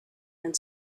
and